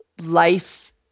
life